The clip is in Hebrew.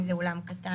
אם זה אולם קטן,